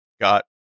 got